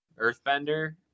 earthbender